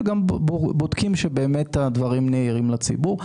וגם בודקים שבאמת הדברים נהירים לציבור.